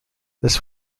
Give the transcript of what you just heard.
this